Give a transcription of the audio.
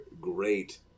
great